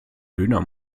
döner